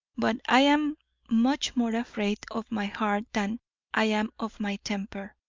but i am much more afraid of my heart than i am of my temper.